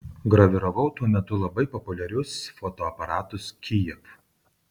graviravau tuo metu labai populiarius fotoaparatus kijev